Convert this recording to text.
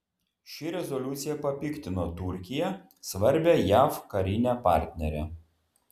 ši rezoliucija papiktino turkiją svarbią jav karinę partnerę